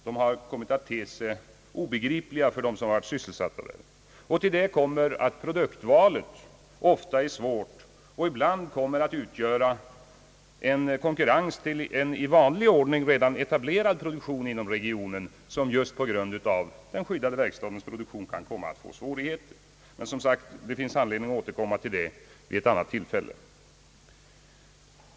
De har kommit att te sig obegripliga för de anställda, Till detta kommer att produktvalet ofta är svårt och ibland kommer att utgöra en konkurrens till en i vanlig ordning redan etablerad produktion inom regionen, På grund av den skyddade verkstadens produktion kan denna andra produktion komma att få svårigheter. Det finns anledning att återkomma till det problemet vid annat tillfälle.